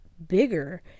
bigger